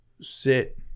sit